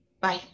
Bye